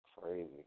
crazy